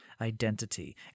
identity